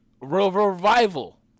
Revival